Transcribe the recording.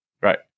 right